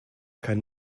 kein